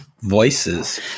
voices